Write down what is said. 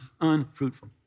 unfruitful